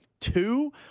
two